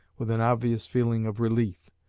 with an obvious feeling of relief.